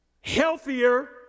healthier